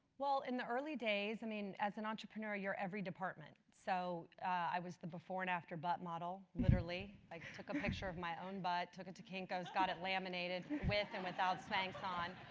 well, in the early days, i mean, as an entrepreneur, you're every department. so i was the before and after butt model. literally, i took a picture of my own butt. took it to kinko's, got it laminated with and without spanx on.